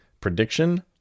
prediction